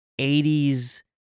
80s